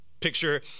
Picture